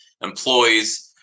employees